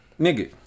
nigga